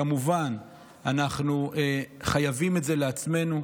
כמובן שאנחנו חייבים את זה לעצמנו.